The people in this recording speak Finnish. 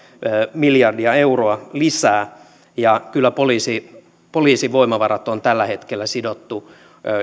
miljardia euroa lisää kyllä poliisin voimavarat on tällä hetkellä sidottu